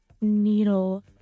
Needle